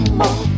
more